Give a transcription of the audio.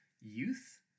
youth